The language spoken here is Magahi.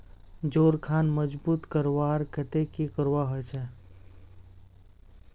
जोड़ खान मजबूत करवार केते की करवा होचए?